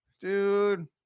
Dude